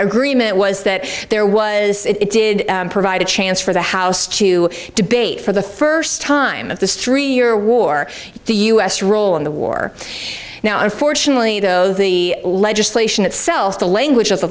agreement was that there was it did provide a chance for the house to debate for the first time of the stream or war the u s role in the war now unfortunately though the legislation itself the language of the